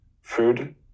food